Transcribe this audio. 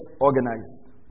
organized